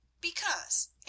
Because